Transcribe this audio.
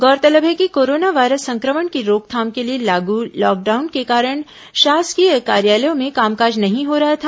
गौरतलब है कि कोरोना वायरस संक्रमण की रोकथाम के लिए लागू लॉकडाउन के कारण शासकीय कार्यालयों में कामकाज नहीं हो रहा था